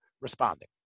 responding